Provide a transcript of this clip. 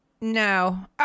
No